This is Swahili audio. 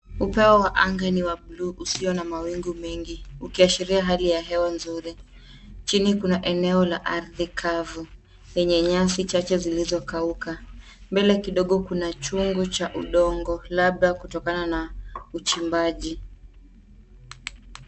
Upeo wa anga ni wa bluu usio na mawingu mengi, ukiashiria hali ya hewa nzuri. Chini kuna eneo la ardhi kavu yenye nyasi chache zilizokauka. Mbele kidogo kuna chungu cha udongo labda kutokana na uchimbaji.